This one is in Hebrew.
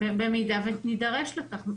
במידה ונידרש לכך.